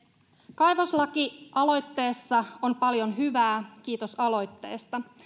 kaivoslakialoitteessa on paljon hyvää kiitos aloitteesta